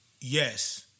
Yes